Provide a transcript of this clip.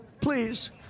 Please